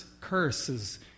curses